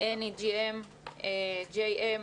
ב-NEGMJM: